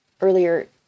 earlier